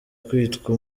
kwitwa